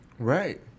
Right